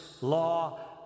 Law